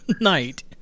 night